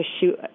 shoot